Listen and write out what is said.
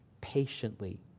patiently